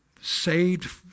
saved